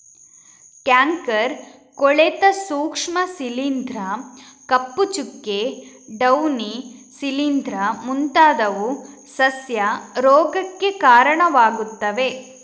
canker, ಕೊಳೆತ ಸೂಕ್ಷ್ಮ ಶಿಲೀಂಧ್ರ, ಕಪ್ಪು ಚುಕ್ಕೆ, ಡೌನಿ ಶಿಲೀಂಧ್ರ ಮುಂತಾದವು ಸಸ್ಯ ರೋಗಕ್ಕೆ ಕಾರಣವಾಗುತ್ತವೆ